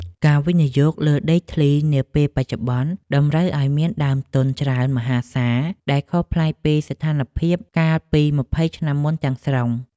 ការវិនិយោគលើដីធ្លីនាពេលបច្ចុប្បន្នតម្រូវឱ្យមានដើមទុនច្រើនមហាសាលដែលខុសប្លែកពីស្ថានភាពកាលពីម្ភៃឆ្នាំមុនទាំងស្រុង។